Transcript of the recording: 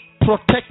protect